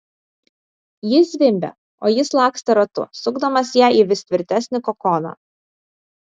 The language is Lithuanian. ji zvimbė o jis lakstė ratu sukdamas ją į vis tvirtesnį kokoną